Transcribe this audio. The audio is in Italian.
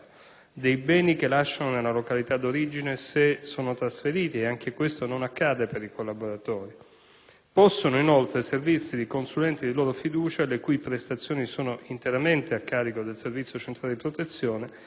dei beni che lasciano nella località d'origine, se sono trasferiti, e anche questo non accade per i collaboratori; possono inoltre servirsi di consulenti di loro fiducia, le cui prestazioni sono interamente a carico del Servizio centrale di protezione,